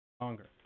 longer